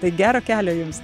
tai gero kelio jums